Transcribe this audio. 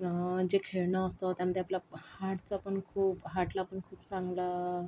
जे खेळणं असतं त्यानं ते आपलं हार्टचं पण खूप हार्टला पण खूप चांगलं